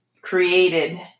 created